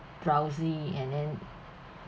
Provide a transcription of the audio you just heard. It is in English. drowsy and then